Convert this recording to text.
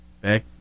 back